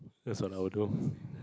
that's what I will do